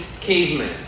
cavemen